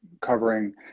covering